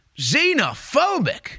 xenophobic